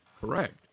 correct